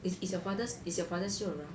is is your father is your father still around